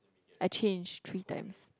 I change three times